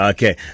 Okay